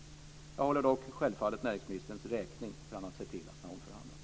Självfallet håller jag dock näringsministern räkning för att han har sett till att den har omförhandlats.